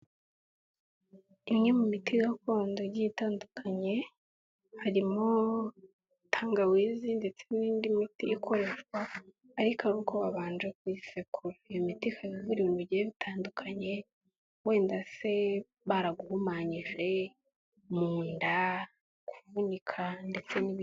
Imwe mu miti gakondo igiye itandukanye, harimo tangawizi ndetse n'indi miti ikoreshwa ariko ari uko babanje kuyisekura. Iyo miti ikaba ivura mu gihe bitandukanye wenda se baraguhumanyije, munda, kuvunika ndetse n'ibindi.